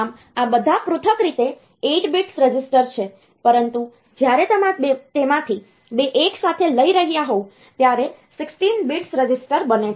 આમ આ બધા પૃથક રીતે 8 bits રજિસ્ટર છે પરંતુ જ્યારે તમે તેમાંથી 2 એકસાથે લઈ રહ્યા હોવ ત્યારે 16 bits રજિસ્ટર બને છે